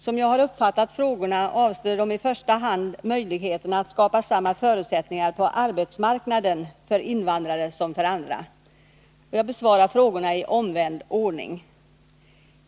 Som jag har uppfattat frågorna avser de i första hand möjligheterna att skapa samma förutsättningar på arbetsmarknaden för invandrare som för andra. Jag besvarar frågorna i omvänd ordning.